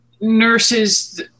nurses